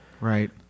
Right